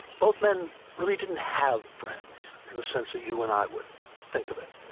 both men really didn't have friends in the sense that you and i would think of it,